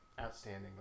Outstanding